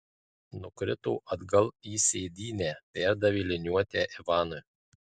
nukrito atgal į sėdynę perdavė liniuotę ivanui